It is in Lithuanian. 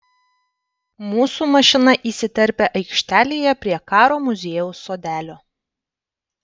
mūsų mašina įsiterpia aikštelėje prie karo muziejaus sodelio